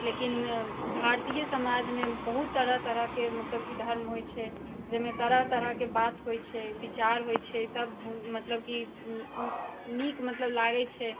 लेकिन भारतीय समाजमे बहुत तरह तरहके मतलब कि धर्म होइ छै जाहिमे तरह तरहके बात होइ छै विचार होइ छै सब मतलब कि नीक मतलब लागै छै